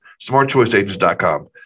smartchoiceagents.com